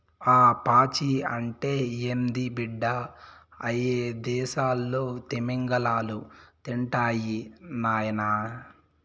ఆ పాచి అంటే ఏంది బిడ్డ, అయ్యదేసాల్లో తిమింగలాలు తింటాయి నాయనా